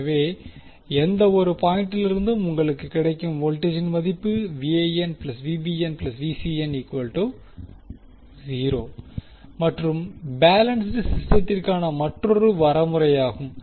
எனவே எந்தவொரு பாயிண்டிலிருந்தும் உங்களுக்கு கிடைக்கும் வோல்டேஜின் மதிப்பு மற்றும் பேலன்ஸ்ட் சிஸ்டத்திற்கான மற்றொரு வரைமுறையாகும்